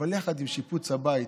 ויחד עם שיפוץ הבית